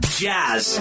jazz